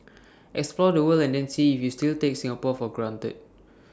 explore the world and then see if you still take Singapore for granted